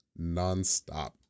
nonstop